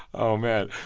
oh, man.